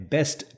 Best